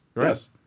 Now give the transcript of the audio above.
Yes